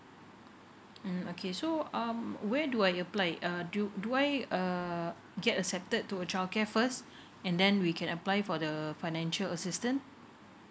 mm okay so um where do I apply uh do do I uh get accepted to a childcare first and then we can apply for the financial assistance